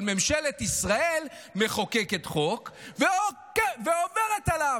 אבל ממשלת ישראל מחוקקת חוק ועוברת עליו.